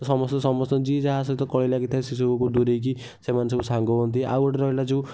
ସମସ୍ତେ ସମସ୍ତେ ଯିଏ ଯାହା ସହିତ କଳି ଲାଗିଥାଏ ସେ ସବୁକୁ ଦୂରେଇକି ସେମାନେ ସବୁ ସାଙ୍ଗ ହୁଅନ୍ତି ଆଉ ଗୋଟେ ରହିଲା ଯେଉଁ